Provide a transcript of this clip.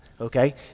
okay